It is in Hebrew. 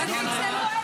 הוא מינה אותו, פסלו אותו.